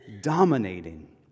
dominating